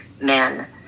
men